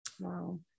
Wow